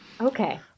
Okay